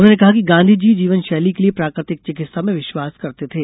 उन्होंने कहा कि गांधी जी जीवन शैली के लिए प्राकृतिक चिकित्सा में विश्वास करते थे